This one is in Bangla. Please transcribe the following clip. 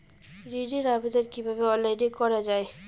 ঋনের আবেদন কিভাবে অনলাইনে করা যায়?